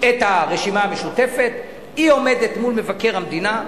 את הרשימה המשותפת, היא עומדת מול מבקר המדינה,